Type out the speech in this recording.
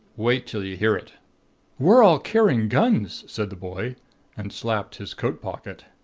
wait till you hear it we're all carrying guns said the boy and slapped his coat pocket.